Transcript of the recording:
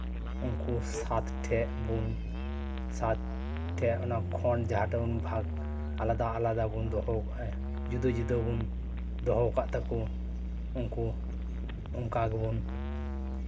ᱩᱱᱠᱩ ᱥᱟᱛ ᱴᱷᱮᱱ ᱵᱚᱱ ᱥᱟᱛ ᱴᱷᱮᱱ ᱚᱱᱟ ᱠᱷᱚᱸᱰ ᱡᱟᱦᱟᱸ ᱴᱷᱮᱱ ᱵᱚᱱ ᱵᱷᱟᱜᱽ ᱟᱞᱟᱫᱟ ᱟᱞᱟᱫᱟ ᱵᱚᱱ ᱫᱚᱦᱚᱭᱟ ᱡᱩᱫᱟᱹ ᱡᱩᱫᱟᱹ ᱵᱚᱱ ᱫᱚᱦᱚ ᱟᱠᱟᱫ ᱛᱟᱠᱚ ᱩᱱᱠᱩ ᱚᱱᱠᱟ ᱜᱮᱵᱚᱱ